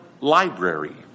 library